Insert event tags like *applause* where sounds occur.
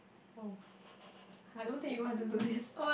oh *laughs* I don't think you want to do this